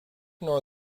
nor